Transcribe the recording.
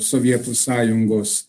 sovietų sąjungos